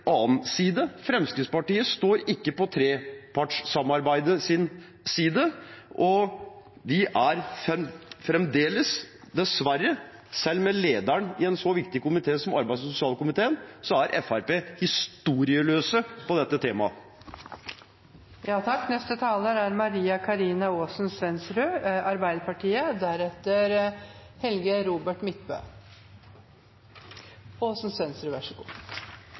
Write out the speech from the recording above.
annen side. Fremskrittspartiet står ikke på trepartssamarbeidets side, og de er fremdeles, dessverre, selv med lederen i en så viktig komité som arbeids- og sosialkomiteen, historieløse om dette temaet. Arbeiderpartiet foreslår 300 mill. kr mer enn regjeringen i sitt forslag til politi og påtale. Arbeiderpartiet